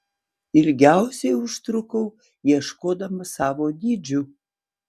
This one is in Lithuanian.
ilgiausiai užtrukau ieškodama savo dydžių